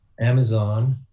Amazon